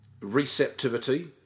...receptivity